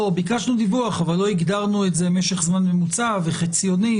ביקשנו דיווח אבל לא הגדרנו את זה כמשך זמן ממוצע וחציוני.